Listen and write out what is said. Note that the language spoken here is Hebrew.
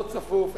לא צפוף,